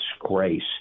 disgrace